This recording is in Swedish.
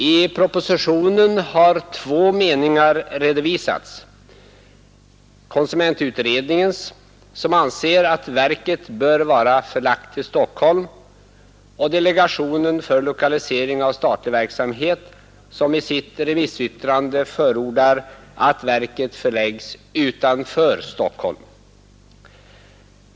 I propositionen har två meningar redovisats: konsumentutredningens som anser att verket bör vara förlagt till Stockholm, och delegationens för lokalisering av statlig verksamhet, som i sitt remissyttrande förordar att verket förläggs utanför Stockholm.